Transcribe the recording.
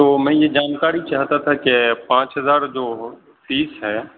تو میں یہ جانکاری چاہتا تھا کہ پانچ ہزار جو فیس ہے